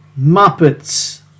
muppets